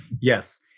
Yes